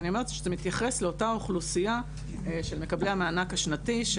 ואני אומרת שזה מתייחס לאותה אוכלוסייה של מקבלי המענק השנתי,